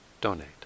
donate